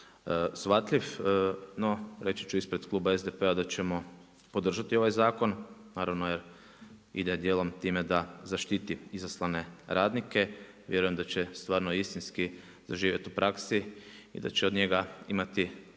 shvatljiv, no reći ču ispred Kluba SDP-a da ćemo podržati ovaj zakon, naravno jer ide dijelom da zaštiti izlasane radnike. Vjerujem da će stvarno istinski doživjeti u praksi i da će od njega imati